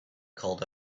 called